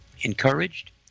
encouraged